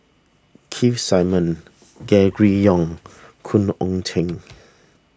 Keith Simmons Gregory Yong Khoo Oon Teik